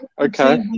Okay